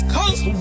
Coast